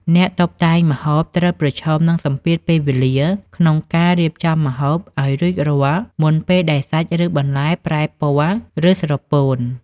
អ្នកតុបតែងម្ហូបត្រូវប្រឈមនឹងសម្ពាធពេលវេលា ក្នុងការរៀបចំម្ហូបឱ្យរួចរាល់មុនពេលដែលសាច់ ឬបន្លែប្រែពណ៌ ឬស្រពោន។